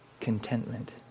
Contentment